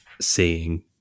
seeing